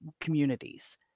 communities